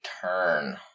turn